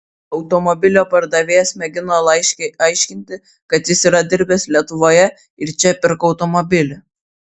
automobilio pardavėjas mėgino laiške aiškinti kad jis yra dirbęs lietuvoje ir čia pirko automobilį